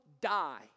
die